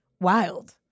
wild